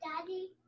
Daddy